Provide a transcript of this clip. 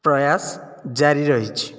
ପ୍ରୟାସ ଜାରି ରହିଛି